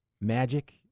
magic